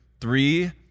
three